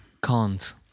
Cons